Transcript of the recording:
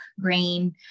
grain